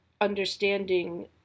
understanding